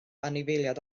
anifeiliaid